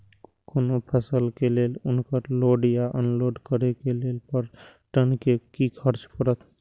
कोनो फसल के लेल उनकर लोड या अनलोड करे के लेल पर टन कि खर्च परत?